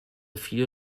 few